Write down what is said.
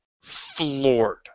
floored